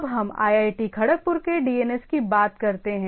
अब हम IIT खड़गपुर के डीएनएस की बात करते हैं